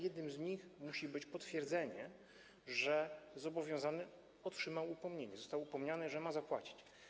Jednym z nich musi być potwierdzenie, że zobowiązany otrzymał upomnienie, że został upomniany, że ma zapłacić.